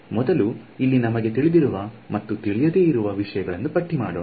ಮೊದಲು ಇಲ್ಲಿ ನಮಗೆ ತಿಳಿದಿರುವ ಮತ್ತು ತಿಳಿಯದೆ ಇರುವ ವಿಷಯಗಳನ್ನು ಪಟ್ಟಿ ಮಾಡೋಣ